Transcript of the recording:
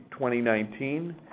2019